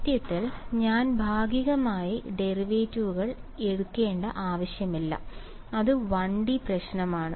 സത്യത്തിൽ ഞാൻ ഭാഗികമായ ഡെറിവേറ്റുകൾ എഴുതേണ്ട ആവശ്യമില്ല അത് 1 D പ്രശ്നമാണ്